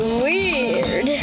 weird